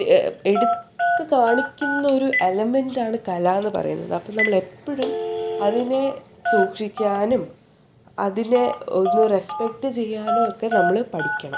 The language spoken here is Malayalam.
എടുത്ത് കാണിക്കുന്ന ഒരു എലമെൻ്റ് ആണ് കല എന്ന് പറയുന്നത് അപ്പോൾ നമ്മൾ എപ്പോഴും അതിനെ സൂക്ഷിക്കാനും അതിനെ ഒന്ന് റെസ്പെക്റ്റ് ചെയ്യാനും ഒക്കെ നമ്മൾ പഠിക്കണം